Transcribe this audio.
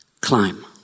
climb